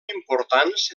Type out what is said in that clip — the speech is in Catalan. importants